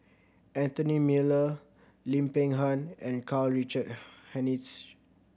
Anthony Miller Lim Peng Han and Karl Richard Hanitsch